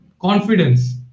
confidence